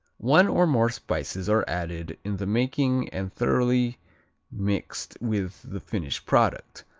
one or more spices are added in the making and thoroughly mixed with the finished product,